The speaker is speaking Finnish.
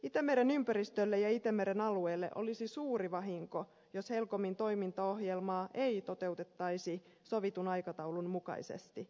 itämeren ympäristölle ja itämeren alueelle olisi suuri vahinko jos helcomin toimintaohjelmaa ei toteutettaisi sovitun aikataulun mukaisesti